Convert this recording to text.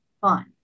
fun